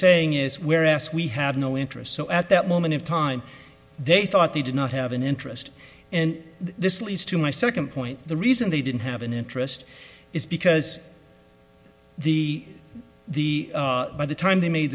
saying is we're asked we have no interest so at that moment in time they thought they did not have an interest and this leads to my second point the reason they didn't have an interest is because the the by the time they made